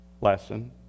lesson